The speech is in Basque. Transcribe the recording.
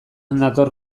nator